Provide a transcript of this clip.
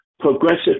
progressive